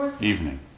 evening